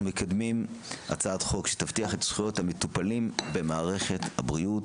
אנחנו מקדמים הצעת חוק שתבטיח את זכויות המטופלים במערכת הבריאות,